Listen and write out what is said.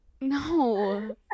No